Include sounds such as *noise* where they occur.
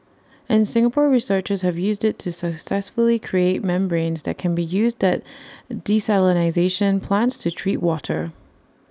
and Singapore researchers have used IT to successfully create membranes that can be used that *unintelligible* plants to treat water